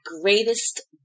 greatest